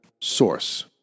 source